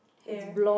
hair